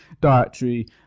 dietary